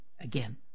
again